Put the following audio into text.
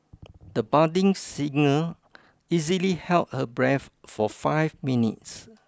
the budding singer easily held her breath for five minutes